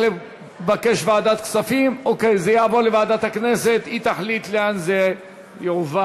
בעד, אין מתנגדים, אין נמנעים.